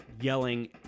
yelling